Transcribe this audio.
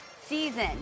season